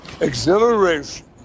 Exhilaration